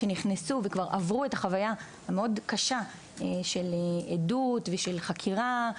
שנכנסו וכבר עברו את החוויה המאוד קשה של עדות ושל חקירה.